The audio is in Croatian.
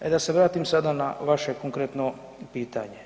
E da se vratim sada na vaše konkretno pitanje.